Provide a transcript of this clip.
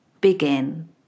begin